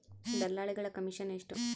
ದಲ್ಲಾಳಿಗಳ ಕಮಿಷನ್ ಎಷ್ಟು?